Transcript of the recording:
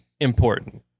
important